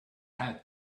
had